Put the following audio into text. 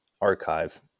archive